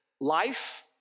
life